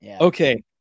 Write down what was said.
Okay